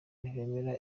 ntibemera